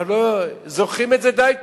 אנחנו זוכרים את זה די טוב.